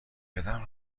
کردم